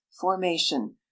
formation